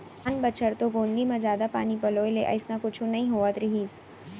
आन बछर तो गोंदली म जादा पानी पलोय ले अइसना कुछु नइ होवत रहिस